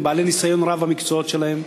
הם בעלי ניסיון רב במקצועות שלהם.